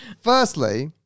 Firstly